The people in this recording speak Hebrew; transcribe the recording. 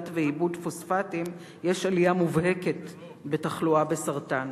ועיבוד של פוספטים יש עלייה מובהקת בתחלואה בסרטן.